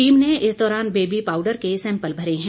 team ने इस दौरान बेबी पाऊडर के सैंपल भरे हैं